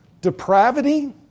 Depravity